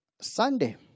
Sunday